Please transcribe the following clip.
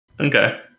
okay